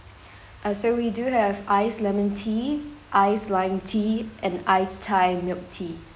uh so we do have ice lemon tea ice lime tea and ice thai milk tea